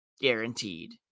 Guaranteed